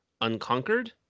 Unconquered